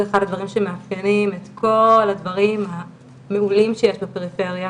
אחד הדברים שמאפיינים את כל הדברים המעולים שיש בפריפריה